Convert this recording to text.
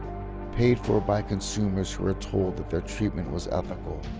paid for by consumers who are told that their treatment was ethical.